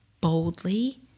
boldly